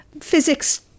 physics